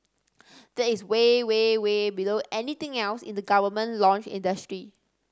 that is way way way below anything else in the government launch industry